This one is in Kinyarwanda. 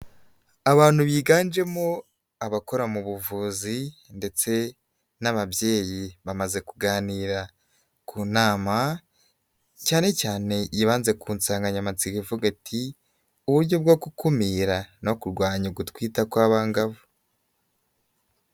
Abantu biganjemo abakora mu buvuzi ndetse n'ababyeyi bamaze kuganira ku nama, cyane cyane yibanze ku nsanganyamatsiko ivuga iti uburyo bwo gukumira no kurwanya ugutwita kw'abangavu.